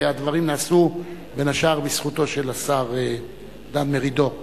והדברים נעשו בין השאר בזכותו של השר דן מרידור.